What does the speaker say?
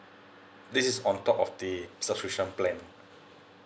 this is on top of the subscription plan